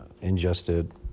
ingested